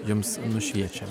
jums nušviečia